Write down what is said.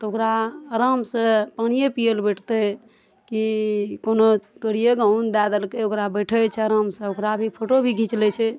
तऽ ओकरा आराम सऽ पानिये पीयै लए बैठतै की कोनो तोरिये गहूॅंम दए देलकै ओकरा बैठै छै आराम सऽ ओकरा भी फोटो भी घीच लै छै